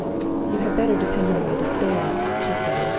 you had better depend on my despair, she said,